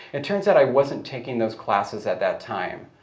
it turns out i wasn't taking those classes at that time.